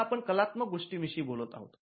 आता आपण कलात्मक गोष्टींविषयी बोलत आहोत